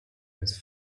his